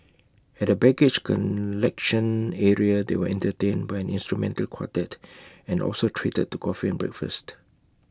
at the baggage collection area they were entertained by an instrumental quartet and also treated to coffee and breakfast